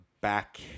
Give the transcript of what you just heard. back